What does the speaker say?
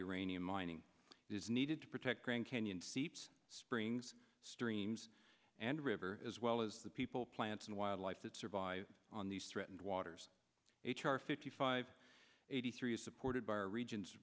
uranium mining is needed to protect grand canyon seeps springs streams and rivers as well as the people plants and wildlife that survive on these threatened waters h r fifty five eighty three is supported by our region